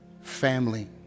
family